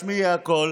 השמע קול,